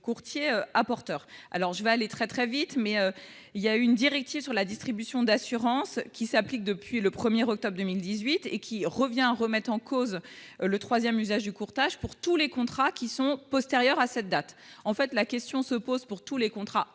courtier porteur alors je vais aller très très vite, mais il y a eu une directive sur la distribution d'assurances qui s'applique depuis le premier octobre 2018, et qui revient à remettre en cause le 3ème usage du courtage pour tous les contrats qui sont postérieurs à cette date en fait, la question se pose pour tous les contrats